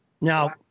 Now